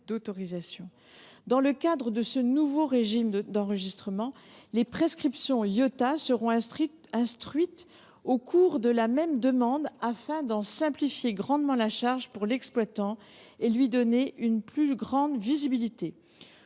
Dans le cadre de ce nouveau régime d’enregistrement, les prescriptions Iota seront instruites au cours de la même demande afin de simplifier grandement la charge de l’exploitant et de lui donner une plus grande visibilité.